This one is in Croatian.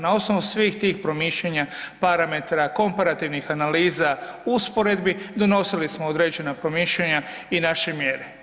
Na osnovu svih tih promišljanja, parametara, komparativnih analiza, usporedbi, donosili smo određena promišljanja i naše mjere.